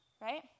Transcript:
right